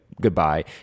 goodbye